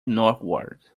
northward